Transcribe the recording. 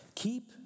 Keep